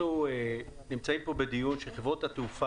אנחנו נמצאים פה בדיון שחברות התעופה